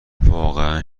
واقعا